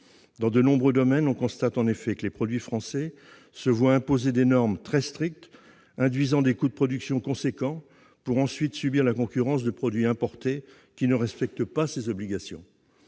Dans de nombreux domaines, on constate en effet que les produits français se voient imposer des normes très strictes induisant des coûts de production élevés, pour ensuite subir la concurrence de produits importés qui ne respectent pas ces obligations.